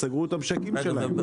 סגרו את הצ'קים שלהם.